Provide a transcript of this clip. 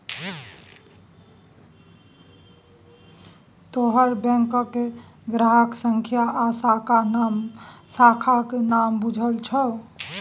तोहर बैंकक ग्राहक संख्या आ शाखाक नाम बुझल छौ